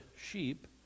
sheep